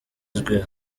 izwi